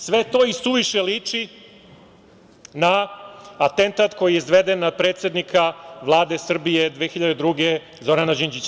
Sve to i suviše liči na atentat koji je izveden na predsednika Vlade Srbije 2002. godine, Zorana Đinđića.